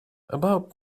about